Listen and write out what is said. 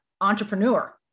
entrepreneur